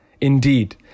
Indeed